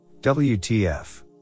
Wtf